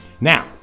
Now